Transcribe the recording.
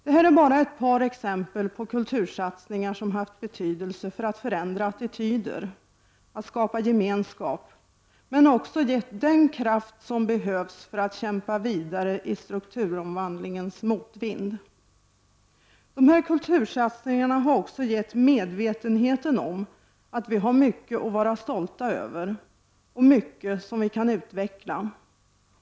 Detta är bara ett par exempel på kultursatsningar som haft betydelse för att förändra attityder, att skapa gemenskap, men också gett den kraft som behövs för att kämpa vidare i strukturomvandlingens motvind. Dessa kultursatsningar har också gett medvetenheten om att vi har mycket att vara stolta över och mycket som vi kan utveckla.